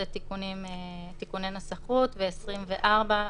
זה תיקוני נסחות, וגם ב-(24).